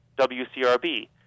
WCRB